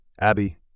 Abby